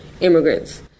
immigrants